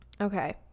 Okay